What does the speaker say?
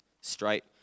straight